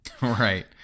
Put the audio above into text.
right